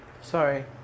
Sorry